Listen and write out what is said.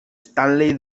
stanley